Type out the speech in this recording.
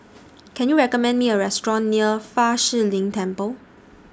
Can YOU recommend Me A Restaurant near Fa Shi Lin Temple